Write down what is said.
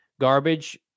Garbage